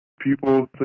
People